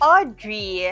Audrey